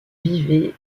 vivaient